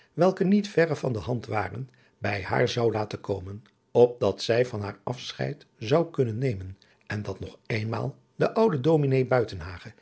welke niet verre van de hand waren bij adriaan loosjes pzn het leven van hillegonda buisman haar zou laten komen opdat zij van haar afscheid zou kunnen nemen en dat nog éénmaal de oude